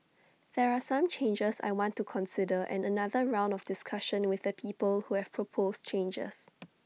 there are some changes I want to consider and another round of discussion with the people who have proposed changes